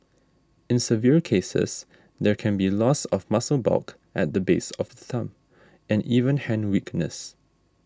in severe cases there can be loss of muscle bulk at the base of the thumb and even hand weakness